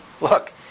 Look